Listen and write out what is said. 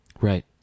right